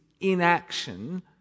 inaction